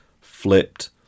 flipped